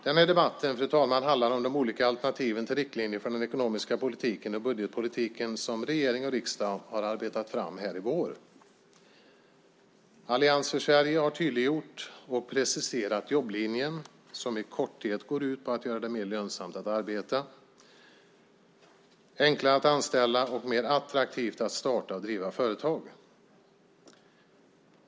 Den här debatten, fru talman, handlar om de olika alternativen när det gäller riktlinjer för den ekonomiska politiken och budgetpolitiken som regering och riksdag har arbetat fram i vår. Allians för Sverige har tydliggjort och preciserat jobblinjen, som i korthet går ut på att göra det mer lönsamt att arbeta, enklare att anställa och mer attraktivt att starta och driva företag.